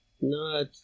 No